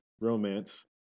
romance